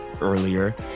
earlier